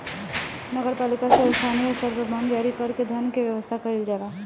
नगर पालिका से स्थानीय स्तर पर बांड जारी कर के धन के व्यवस्था कईल जाला